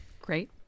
Great